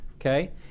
okay